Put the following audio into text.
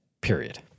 period